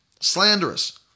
slanderous